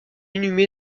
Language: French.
inhumé